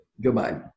goodbye